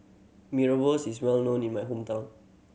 Mee Rebus is well known in my hometown